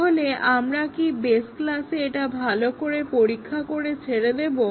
তাহলে আমরা কি বেস ক্লাসে এটা ভালো করে পরীক্ষা করে ছেড়ে দেব